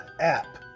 App